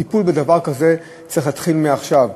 הטיפול בדבר כזה צריך להתחיל עכשיו.